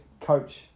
coach